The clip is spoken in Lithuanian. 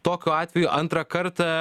tokiu atveju antrą kartą